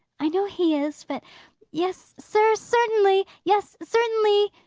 i know he is, but yes, sir, certainly. yes, certainly!